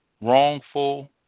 wrongful